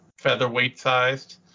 featherweight-sized